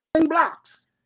blocks